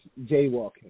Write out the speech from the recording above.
jaywalking